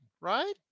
right